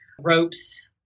ropes